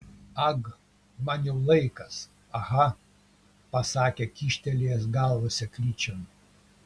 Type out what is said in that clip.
ag man jau laikas aha pasakė kyštelėjęs galvą seklyčion